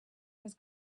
his